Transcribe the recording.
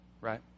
right